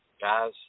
guys